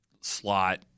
Slot